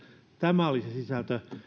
tämä oli se sisältö